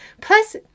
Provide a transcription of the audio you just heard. Plus